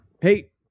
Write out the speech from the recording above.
hey